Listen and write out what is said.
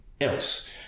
else